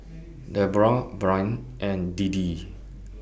Debra Bryn and Deedee